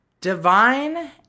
Divine